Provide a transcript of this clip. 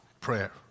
Prayer